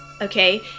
okay